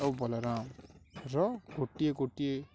ଆଉ ବଳରାମର ଗୋଟିଏ ଗୋଟିଏ